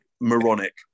moronic